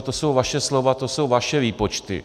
To jsou vaše slova, to jsou vaše výpočty.